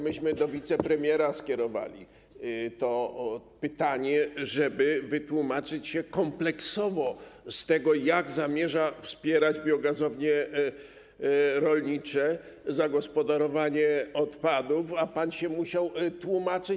Myśmy do wicepremiera skierowali to pytanie, żeby wytłumaczył się kompleksowo z tego, jak zamierza wspierać biogazownie rolnicze, zagospodarowanie odpadów, a pan się musiał tłumaczyć.